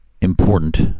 important